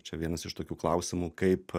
čia vienas iš tokių klausimų kaip